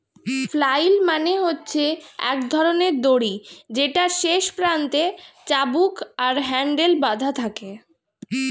flail মানে হচ্ছে এক ধরণের দড়ি যেটার শেষ প্রান্তে চাবুক আর হ্যান্ডেল বাধা থাকে